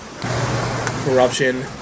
Corruption